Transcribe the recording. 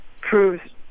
proves